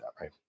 right